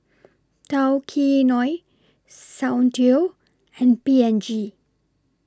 Tao Kae Noi Soundteoh and P and G